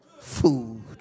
food